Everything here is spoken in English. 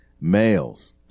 males